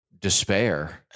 despair